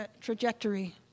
trajectory